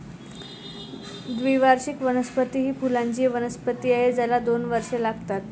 द्विवार्षिक वनस्पती ही फुलांची वनस्पती आहे ज्याला दोन वर्षे लागतात